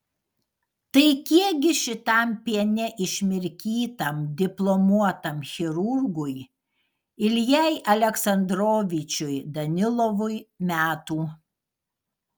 tai kiekgi šitam piene išmirkytam diplomuotam chirurgui iljai aleksandrovičiui danilovui metų